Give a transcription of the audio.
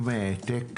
עם העתק